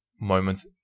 moments